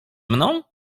mną